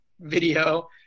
Video